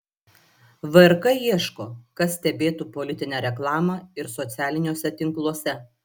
vrk ieško kas stebėtų politinę reklamą ir socialiniuose tinkluose